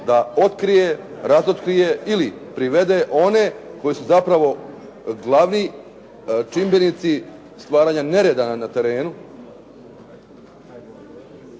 da otkrije, razotkrije ili privede one koji su zapravo glavni čimbenici stvaranja nereda na terenu.